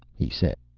he said,